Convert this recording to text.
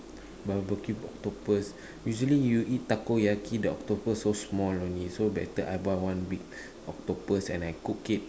barbecue octopus usually you eat takoyaki the octopus so small only so better I buy one big octopus and I cook it